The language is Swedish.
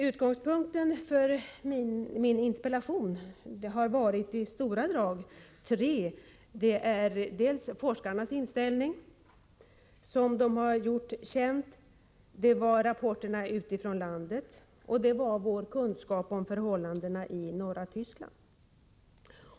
Utgångspunkterna för min interpellation har i stora drag varit tre: dels forskarnas inställning, som de gjort känd, dels rapporterna utifrån landet, dels vår kunskap om förhållandena i norra Tyskland.